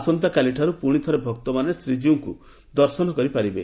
ଆସନ୍ତାକାଲିଠାରୁ ପୁଣିଥରେ ଭକ୍ତମାନେ ଶ୍ରୀଜୀଉଙ୍କ ଦର୍ଶନ କରିପାରିବେ